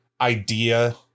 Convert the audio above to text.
idea